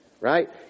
right